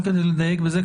רק כדי לדייק בזה,